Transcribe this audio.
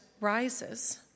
rises